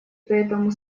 поэтому